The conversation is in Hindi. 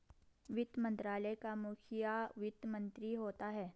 वित्त मंत्रालय का मुखिया वित्त मंत्री होता है